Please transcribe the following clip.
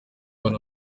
bana